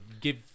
give